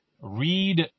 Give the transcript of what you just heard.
read